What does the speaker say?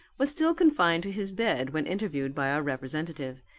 was still confined to his bed when interviewed by our representative.